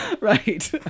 right